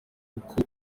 kuri